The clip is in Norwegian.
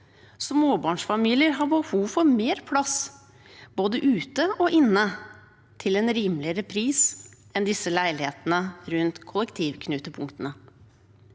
Småbarnsfamilier har behov for mer plass, både ute og inne, til en rimeligere pris enn disse leilighetene rundt kollektivknutepunktene.